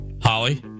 Holly